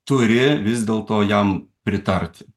turi vis dėlto jam pritarti